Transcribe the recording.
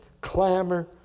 clamor